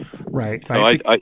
Right